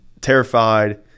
terrified